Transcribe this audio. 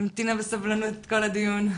המתינה בסבלנות כל הדיון.